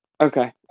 Okay